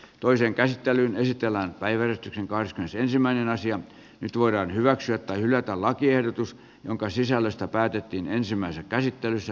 toisen käsittelyn esitellään päivystyksen kai se ensimmäinen asia nyt voidaan hyväksyä tai hylätä lakiehdotus jonka sisällöstä päätettiin ensimmäisessä käsittelyssä